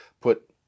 put